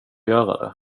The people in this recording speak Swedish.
göra